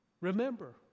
Remember